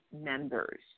members